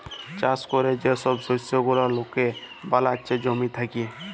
চাষ ক্যরে যে ছব শস্য গুলা লকে বালাচ্ছে জমি থ্যাকে